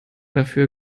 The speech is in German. dafür